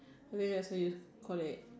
the day after you colleague